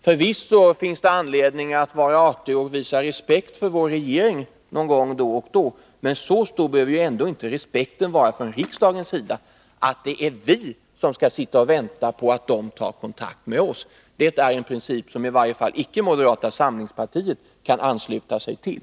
Förvisso finns det anledning att vara artig och visa respekt för vår regering någon gång då och då. Men så stor behöver väl ändå inte respekten vara från riksdagens sida att det är vi som skall sitta och vänta på att regeringen tar kontakt med oss — det är en princip som i varje fall icke moderata samlingspartiet kan ansluta sig till.